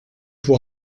pour